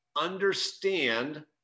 understand